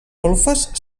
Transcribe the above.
golfes